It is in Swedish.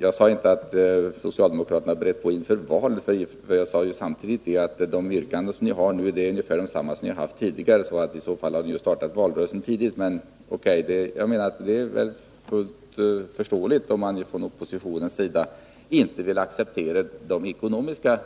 Jag sade inte att socialdemokraterna brer på inför valet, utan jag sade att era yrkanden nu är ungefär desamma som ni har haft tidigare. I så fall har ni ju startat valrörelsen tidigt, men O.K. — det är fullt förståeligt om man från oppositionens sida inte vill acceptera de ekonomiska